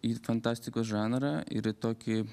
į fantastikos žanrą ir į tokį